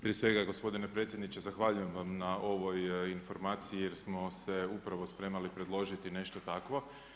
Prije svega gospodine predsjedniče, zahvaljujem na ovoj informaciji, jer smo se upravo spremali predložili nešto takvo.